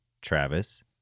Travis